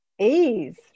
ease